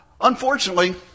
Unfortunately